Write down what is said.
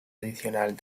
adicional